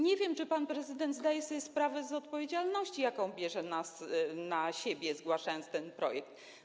Nie wiem, czy pan prezydent zdaje sobie sprawę z odpowiedzialności, jaką bierze na siebie, zgłaszając ten projekt.